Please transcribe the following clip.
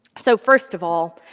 so, first of all,